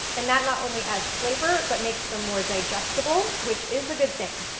and that not only adds flavor, but makes them more digestible, which is a good thing.